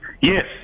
Yes